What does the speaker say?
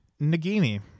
Nagini